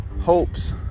hopes